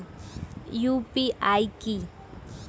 UPI কি?